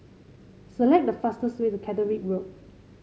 select the fastest way to Catterick Road